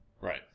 Right